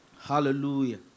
Hallelujah